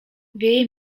wieje